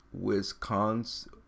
Wisconsin